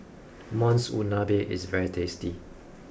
Monsunabe is very tasty